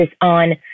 on